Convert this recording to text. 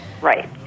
Right